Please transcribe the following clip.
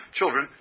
children